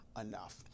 enough